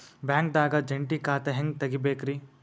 ಬ್ಯಾಂಕ್ದಾಗ ಜಂಟಿ ಖಾತೆ ಹೆಂಗ್ ತಗಿಬೇಕ್ರಿ?